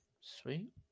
Sweet